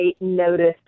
noticed